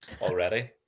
already